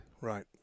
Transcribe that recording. Right